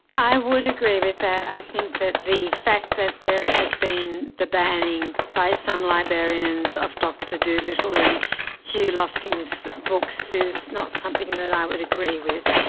i would agree with that, i think that the fact that there has been the banning by some librarians of doctor dolittle and hugh lofting's books is not something that i would agree with.